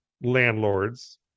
landlords